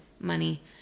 money